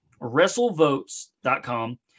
WrestleVotes.com